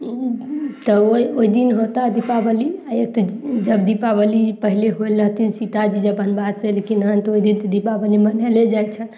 तऽ ओ ओइ दिन होता दिपावली एक तऽ जब दिपावली पहिले होइल रहथिन सीताजी जे बनवाससँ अयलखिन हन तऽ ओइ दिन दिपावली मनायल जाइ छल